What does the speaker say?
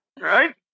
right